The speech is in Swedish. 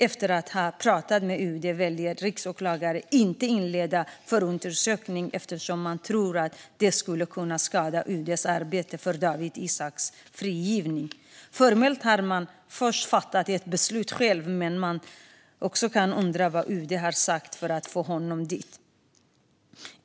Efter att ha pratat med UD valde riksåklagaren att inte inleda förundersökning eftersom man trodde att det skulle kunna skada UD:s arbete för Dawit Isaaks frigivning. Formellt har riksåklagaren först fattat beslutet själv, men man kan undra vad UD har sagt för att få honom dit.